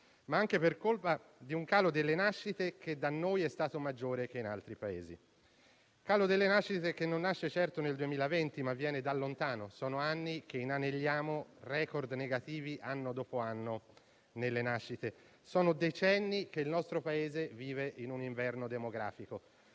ma anche per colpa di un calo delle nascite che da noi è stato maggiore che in altri Paesi. Un calo della natalità che non nasce certo nel 2020, ma viene da lontano. Sono anni che inanelliamo *record* negativi anno dopo anno nelle nascite. Sono decenni che il nostro Paese vive in un inverno demografico;